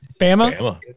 Bama